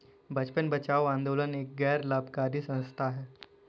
बचपन बचाओ आंदोलन एक गैर लाभकारी संस्था है